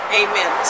amen